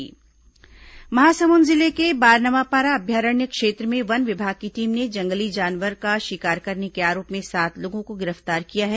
जानवर शिकार आरोपी गिरफ्तार महासमुंद जिले के बारनवापारा अभयारण्य क्षेत्र में वन विभाग की टीम ने जंगली जानवर का शिकार करने के आरोप में सात लोगों को गिरफ्तार किया है